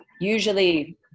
Usually